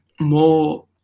more